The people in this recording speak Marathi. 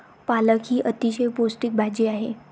पालक ही अतिशय पौष्टिक भाजी आहे